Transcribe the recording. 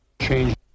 change